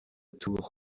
tour